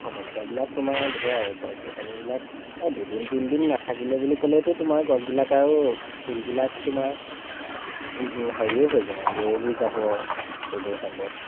সমস্যাবিলাক তোমাৰ ঢেৰ আৰু গছ গছনিবিলাক দুদিন তিনিদিন নেথাকিলে বুলি ক'লেইতো তোমাৰ গছবিলাক আৰু ফুলবিলাক তোমাৰ হেৰিয়ে হৈ যায় আৰু লেৰেলি যাব ৰ'দৰ তাপত